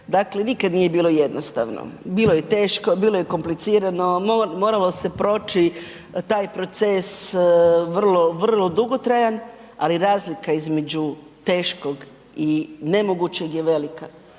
dakle nikad nije bilo jednostavno, bilo je teško, bilo je komplicirano, moralo se proći taj proces vrlo, vrlo dugotrajan, ali razlika između teškog i nemogućeg je velika.